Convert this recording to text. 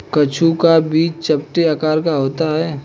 कद्दू का बीज चपटे आकार का होता है